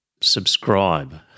subscribe